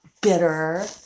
bitter